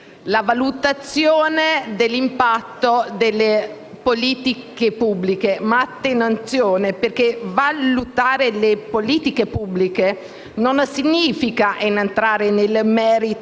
la valutazione dell'impatto delle politiche pubbliche. Valutare le politiche pubbliche non significa entrare nel merito